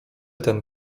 ten